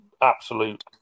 absolute